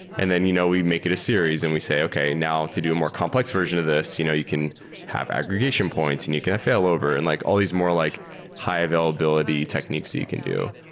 and then you know we make it a series and we say, okay. now to do a more complex version of this, you know you can have aggregation points and you can have failover, and like all these more like high availability techniques that you can do.